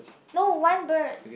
no one bird